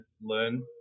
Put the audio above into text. learn